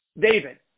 David